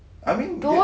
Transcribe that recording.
I mean